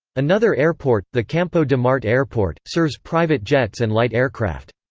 another airport, the campo de marte airport, serves private jets and light aircraft.